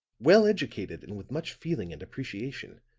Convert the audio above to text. well educated and with much feeling and appreciation.